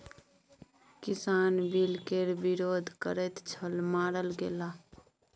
किसान बिल केर विरोध करैत छल मारल गेलाह